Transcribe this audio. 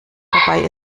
dabei